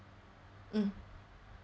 mm